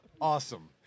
awesome